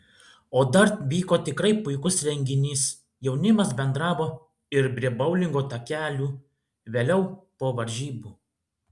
o dar vyko tikrai puikus renginys jaunimas bendravo ir prie boulingo takelių vėliau po varžybų